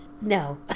No